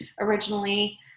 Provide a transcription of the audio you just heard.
originally